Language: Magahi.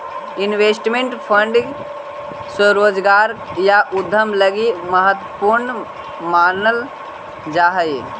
इन्वेस्टमेंट फंड स्वरोजगार या उद्यम लगी महत्वपूर्ण मानल जा हई